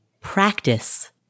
practice